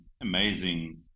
amazing